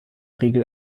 regel